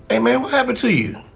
i mean, what happened to you?